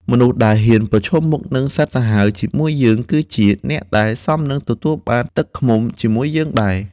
មនុស្សដែលហ៊ានប្រឈមមុខនឹងសត្វសាហាវជាមួយយើង គឺជាអ្នកដែលសមនឹងទទួលបានទឹកឃ្មុំជាមួយយើងដែរ។